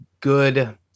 good